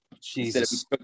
Jesus